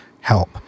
help